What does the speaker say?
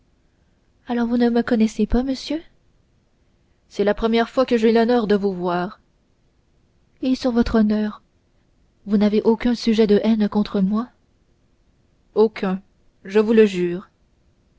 alors vous ne me connaissez pas monsieur c'est la première fois que j'ai l'honneur de vous voir et sur votre honneur vous n'avez aucun sujet de haine contre moi aucun je vous le jure